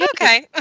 okay